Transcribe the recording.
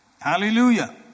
Hallelujah